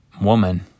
woman